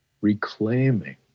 reclaiming